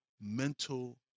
mental